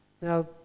Now